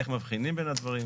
איך מבחינים בין הדברים?